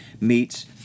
meets